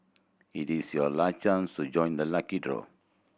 it is your last chance to join the lucky draw